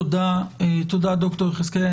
תודה, ד"ר יחזקאלי.